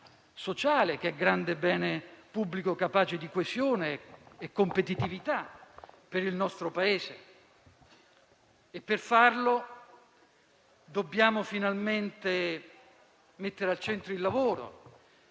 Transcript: sociale, grande bene pubblico, capace di coesione e competitività. Per farlo dobbiamo finalmente mettere al centro il lavoro,